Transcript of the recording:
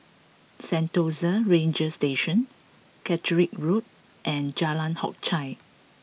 Sentosa Ranger Station Caterick Road and Jalan Hock Chye